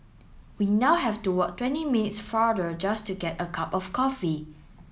we now have to walk twenty minutes farther just to get a cup of coffee